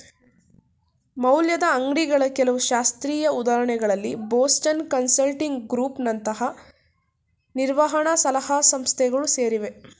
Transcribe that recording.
ಮೌಲ್ಯದ ಅಂಗ್ಡಿಗಳ ಕೆಲವು ಶಾಸ್ತ್ರೀಯ ಉದಾಹರಣೆಗಳಲ್ಲಿ ಬೋಸ್ಟನ್ ಕನ್ಸಲ್ಟಿಂಗ್ ಗ್ರೂಪ್ ನಂತಹ ನಿರ್ವಹಣ ಸಲಹಾ ಸಂಸ್ಥೆಗಳು ಸೇರಿವೆ